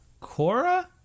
Cora